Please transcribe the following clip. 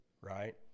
right